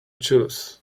tooth